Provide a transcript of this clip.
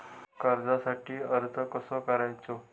कर्जासाठी अर्ज कसो करायचो?